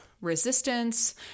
resistance